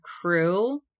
crew